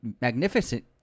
magnificent